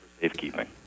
safekeeping